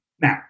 Now